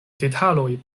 detaloj